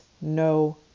no